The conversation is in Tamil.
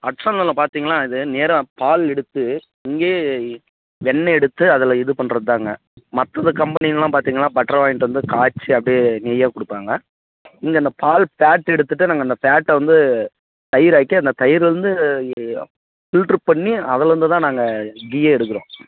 ஹட்ஸ்சன் நெய்யில் பார்த்தீங்கன்னா இது நேராக பால் எடுத்து இங்கே வெண்ணெய் எடுத்து அதில் இது பண்ணுறதாங்க மற்றது கம்பெனிங்கெளாம் பார்த்தீங்கன்னா பட்ரை வாங்கிகிட்டு வந்து காய்ச்சி அப்படியே நெய்யாக கொடுப்பாங்க இங்கே அந்த பால் ஃபேட் எடுத்துவிட்டு நாங்கள் அந்த ஃபேட்டை வந்து தயிராக்கி அந்த தயிர்லிருந்து இ ஃபில்ட்ரு பண்ணி அதிலேருந்துதான் நாங்கள் கீயே எடுக்கிறோம்